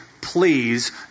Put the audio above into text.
please